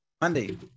Monday